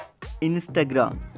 instagram